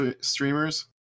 streamers